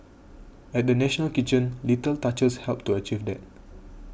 at the National Kitchen little touches helped to achieve that